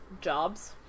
Jobs